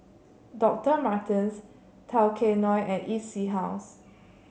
Doctor Martens Tao Kae Noi and E C House